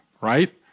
right